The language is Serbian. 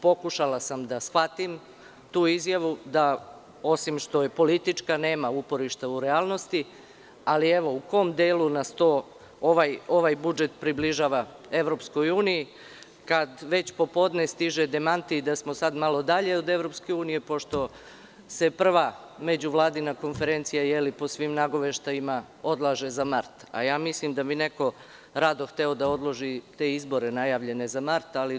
Pokušala sam da shvatim tu izjavu da osim što je politička, nema uporišta u realnosti, ali, evo, u kom delu nas to ovaj budžet približava EU, kad već popodne stiže demanti da smo sad malo dalje od EU, pošto se prva međuvladina konferencija, po svim nagoveštajima, odlaže za mart, a ja mislim da bi neko rado hteo da odloži te izbore najavljene za mart, ali dobro?